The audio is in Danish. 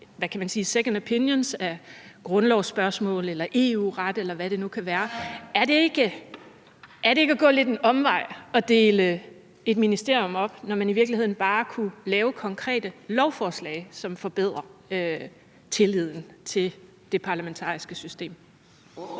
til at få nogle second opinions på grundlovsspørgsmål eller EU-ret, eller hvad det nu kunne være. Er det ikke lidt at gå en omvej at dele et ministerium op, når man i virkeligheden bare kunne lave konkrete lovforslag, som forbedrede tilliden til det parlamentariske system?